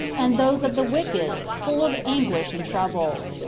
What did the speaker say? and those of the wicked full of anguish and trouble.